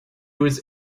was